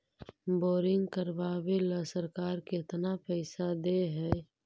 Boring करबाबे ल सरकार केतना पैसा दे है?